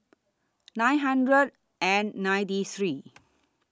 nine hundred and ninety three